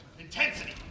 Intensity